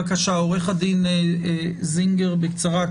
בבקשה, עורך דין זינגר, בקצרה.